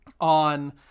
on